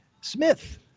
smith